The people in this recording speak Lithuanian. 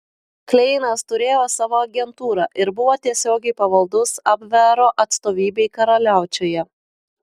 kleinas turėjo savo agentūrą ir buvo tiesiogiai pavaldus abvero atstovybei karaliaučiuje